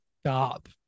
Stop